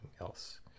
else